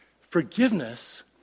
Forgiveness